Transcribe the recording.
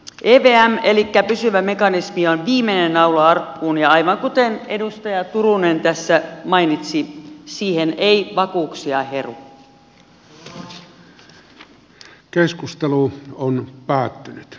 evm elikkä pysyvä mekanismi on viimeinen naula arkkuun ja aivan kuten edustaja turunen tässä mainitsi siihen ei vakuuksia heru